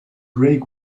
break